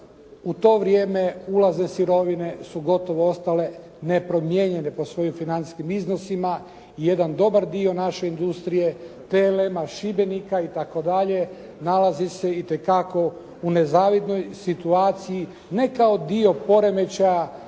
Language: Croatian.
U to vrijeme ulaze sirovine su gotovo ostale nepromijenjene po svojim financijskim iznosima. Jedan dobar dio naše industrije TLM-a Šibenika itd. nalazi se itekako u nezavidnoj situaciji, ne kao dio poremećaja,